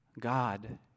God